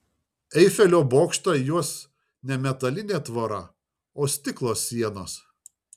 eifelio bokštą juos ne metalinė tvora o stiklo sienos